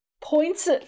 points